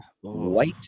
white